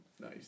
Nice